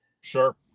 Sure